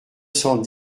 cent